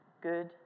Good